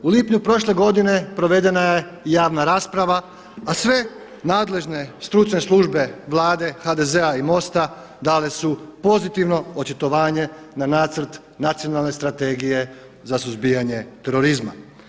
U lipnju prošle godine provedena je i javna rasprava a sve nadležne stručne službe Vlade HDZ-a i MOST-a dale su pozitivno očitovanje na Nacrt nacionalne strategije za suzbijanje terorizma.